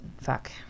fuck